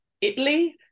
Italy